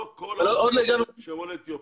לא כל מי שהוא עולה אתיופיה.